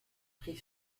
pris